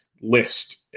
List